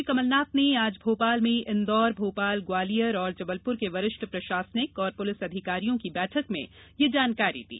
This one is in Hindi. मुख्यमंत्री कमलनाथ ने आज भोपाल में इंदौर भोपाल ग्वालियर और जबलपुर के वरिष्ठ प्रशासनिक और पुलिस अधिकारियों की बैठक में यह जानकारी दी